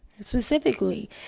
specifically